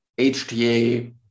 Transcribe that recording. HTA